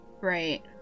Right